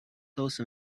those